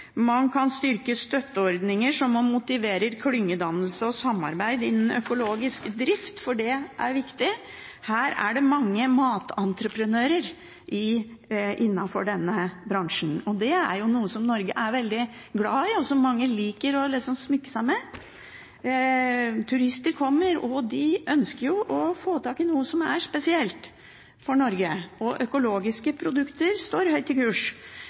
Man kan styrke støtteordninger som vil motivere klyngedannelse og samarbeid innen økologisk drift, for det er viktig. Det er mange matentreprenører innenfor denne bransjen, og det er noe som Norge er veldig glad i, og som mange liker å smykke seg med. Turister kommer, og de ønsker å få tak i noe som er spesielt for Norge, og økologiske produkter står høyt i kurs.